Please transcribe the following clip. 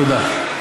תודה.